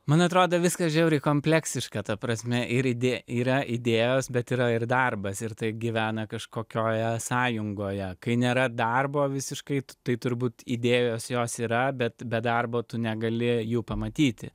man atrodo viskas žiauriai kompleksiška ta prasme ir yra idėjos bet yra ir darbas ir taip gyvena kažkokioje sąjungoje kai nėra darbo visiškai tai turbūt idėjos jos yra bet be darbo tu negali jų pamatyti